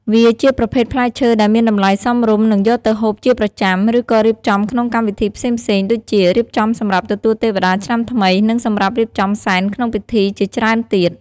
វាជាប្រភេទផ្លែឈើដែលមានតម្លៃសមរម្យនិងយកទៅហូបជាប្រចាំ ឬក៏រៀបចំក្នុងកម្មវិធីផ្សេងៗដូចជា រៀបចំសម្រាប់ទទួលទេវតាឆ្នាំថ្មី និងសម្រាប់រៀបចំសែនក្នុងពិធីជាច្រើនទៀត។